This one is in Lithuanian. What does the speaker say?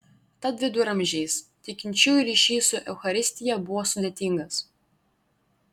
tad viduramžiais tikinčiųjų ryšys su eucharistija buvo sudėtingas